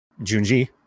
Junji